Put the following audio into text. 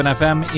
fm